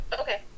Okay